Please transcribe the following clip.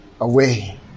away